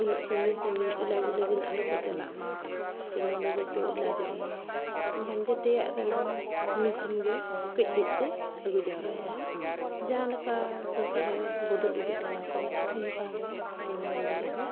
ᱩᱱᱟᱹᱜ ᱥᱟᱺᱜᱤᱧ ᱥᱟᱺᱜᱤᱧ ᱤᱞᱟᱡᱽ ᱞᱟᱹᱜᱤᱫ ᱟᱞᱚ ᱠᱚ ᱪᱟᱞᱟᱜ ᱢᱟ ᱥᱮ ᱱᱚᱰᱮ ᱜᱮᱠᱚ ᱮᱞᱟᱪᱚᱜ ᱢᱟ ᱮᱱᱠᱷᱟᱱ ᱡᱟᱛᱮᱭᱟᱜ ᱨᱮᱱᱟᱝ ᱢᱮᱥᱤᱱ ᱜᱮ ᱠᱟᱹᱡ ᱠᱟᱹᱡ ᱛᱮ ᱟᱹᱜᱩ ᱡᱟᱣᱨᱟᱭᱮᱜᱼᱟᱭ ᱡᱟᱦᱟᱸ ᱞᱮᱠᱟ ᱥᱚᱨᱠᱟᱨᱮ ᱵᱚᱫᱚᱞ ᱤᱫᱤᱜ ᱠᱟᱱᱟ ᱠᱚ ᱚᱱᱠᱟ ᱜᱮ ᱱᱚᱣᱟ ᱤᱭᱟᱹ ᱨᱮᱦᱚᱸ